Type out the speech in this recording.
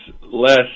less